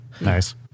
Nice